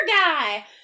guy